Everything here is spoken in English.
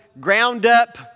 ground-up